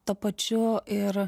tuo pačiu ir